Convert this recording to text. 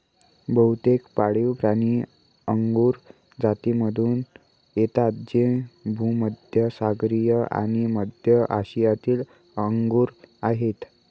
बहुतेक पाळीवप्राणी अंगुर जातीमधून येतात जे भूमध्य सागरीय आणि मध्य आशियातील अंगूर आहेत